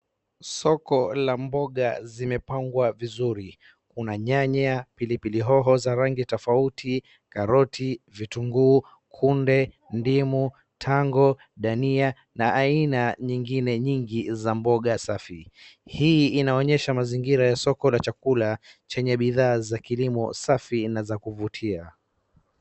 Soko la mboga zimepangwa vizuri. Kuna nyanya, pilipili hoho za rangi tofauti, karoti, vitunguu, kunde, ndimu, tango, ndania na aina niyingine nyingi za mboga safi. Hii inaonyesha mazingira ya soko la chakula chenye bidhaa za kilimo safi na za kuvutia.